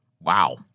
Wow